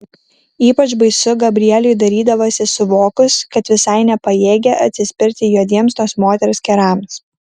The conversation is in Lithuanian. ypač baisu gabrieliui darydavosi suvokus kad visai nepajėgia atsispirti juodiems tos moters kerams